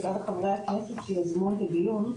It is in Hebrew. תודה לחברי הכנסת שיזמו את הדיון.